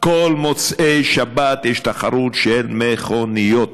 כל מוצאי שבת יש תחרות של מכוניות,